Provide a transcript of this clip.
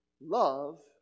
Love